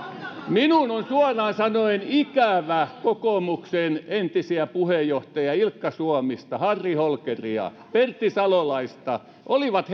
minun on suoraan sanoen ikävä kokoomuksen entisiä puheenjohtajia ilkka suomista harri holkeria pertti salolaista olivat